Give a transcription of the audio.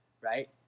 right